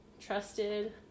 trusted